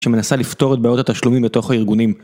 שמנסה לפתור את בעיות התשלומים בתוך הארגונים.